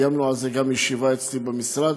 וקיימנו על זה גם ישיבה אצלי במשרד.